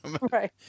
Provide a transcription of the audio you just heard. Right